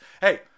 Hey